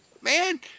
Man